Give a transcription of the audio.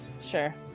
Sure